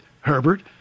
Herbert